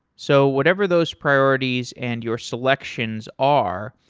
so whatever those priorities and your selections are,